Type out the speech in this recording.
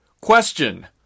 Question